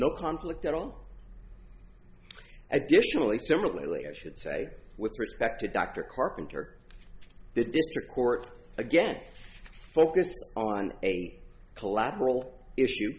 no conflict at all additionally similarly i should say with respect to dr carpenter the court again focused on a collateral issue